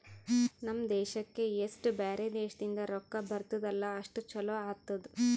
ನಮ್ ದೇಶಕ್ಕೆ ಎಸ್ಟ್ ಬ್ಯಾರೆ ದೇಶದಿಂದ್ ರೊಕ್ಕಾ ಬರ್ತುದ್ ಅಲ್ಲಾ ಅಷ್ಟು ಛಲೋ ಆತ್ತುದ್